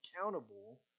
accountable